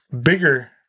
bigger